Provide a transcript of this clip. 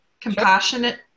compassionate